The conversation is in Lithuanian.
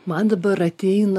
man dabar ateina